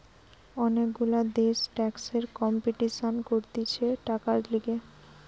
অনেক গুলা দেশ ট্যাক্সের কম্পিটিশান করতিছে টাকার লিগে